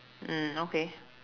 mm okay